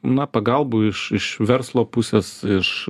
na pagalbų iš iš verslo pusės iš